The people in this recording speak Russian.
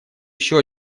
еще